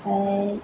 ओमफ्राय